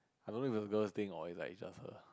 I don't know if it's a girls thing or is like just her